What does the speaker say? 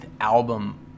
album